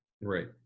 Right